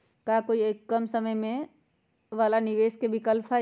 का कोई कम समय वाला निवेस के विकल्प हई?